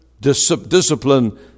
discipline